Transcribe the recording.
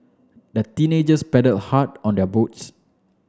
the teenagers paddled hard on their boats